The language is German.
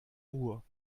ruhr